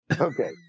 Okay